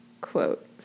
quote